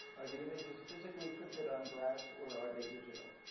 are the images physically printed on glass or are they digital?